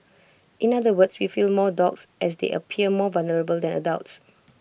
in other words we feel more for dogs as they appear more vulnerable than adults